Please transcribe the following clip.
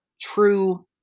true